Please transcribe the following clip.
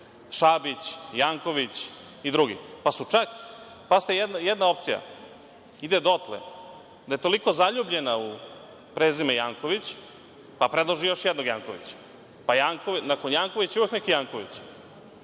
Šabić, Janković i drugi. Pazite, jedna opcija ide dotle da je toliko zaljubljena u prezime Janković, pa predloži još jednog Janković. Pa, nakon Jankovića je uvek neki Janković.